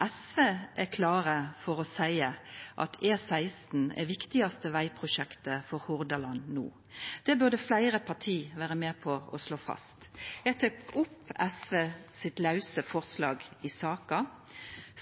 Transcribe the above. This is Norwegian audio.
SV er klar for å seia at E16 er det viktigaste vegprosjektet for Hordaland no. Det burde fleire parti vera med på å slå fast. Eg tek opp SV sitt forslag i saka: